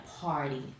party